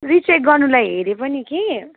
recheck गर्नुलाई हेरेँ पनि के